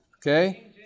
Okay